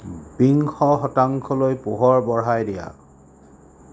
বিংশ শতাংশলৈ পোহৰ বঢ়াই দিয়া